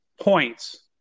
points